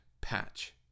patch